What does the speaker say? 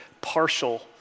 partial